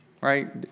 right